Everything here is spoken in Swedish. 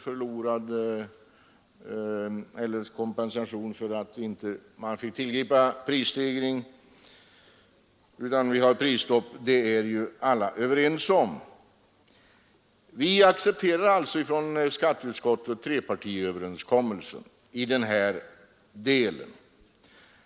Däremot råder det ju inte enighet i frågan om hur ersättningen till jordbrukarna skall finansieras. Skatteutskottet accepterar alltså trepartiöverenskommelsen i den del som avser drivmedelsbeskattningen och bilaccisen.